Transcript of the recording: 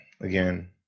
Again